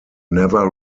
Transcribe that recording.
never